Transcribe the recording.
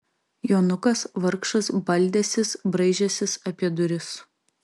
jonukas vargšas baldęsis braižęsis apie duris